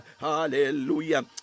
Hallelujah